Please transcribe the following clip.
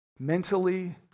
Mentally